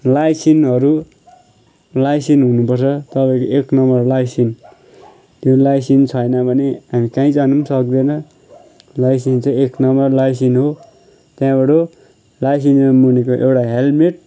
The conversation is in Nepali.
लाइसिन्सहरू लाइसिन्स हुनुपर्छ तपाईँको एक नम्बर लाइसिन्स त्यो लाइसिन्स छैन भने हामी कहीँ जानु पनि सक्दैन लाइसिन्स चाहिँ एक नम्बर लाइसिन्स हो त्यहाँबाट लाइसिन्सदेखि मुनिको एउटा हेल्मेट